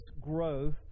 growth